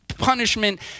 punishment